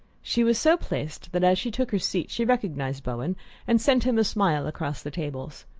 she was so placed that as she took her seat she recognized bowen and sent him a smile across the tables.